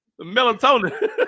melatonin